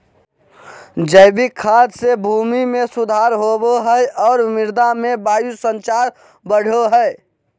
जैविक खाद से भूमि में सुधार होवो हइ और मृदा में वायु संचार बढ़ो हइ